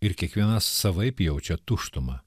ir kiekviena savaip jaučia tuštumą